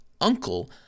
uncle